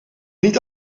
niet